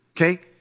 okay